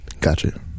Gotcha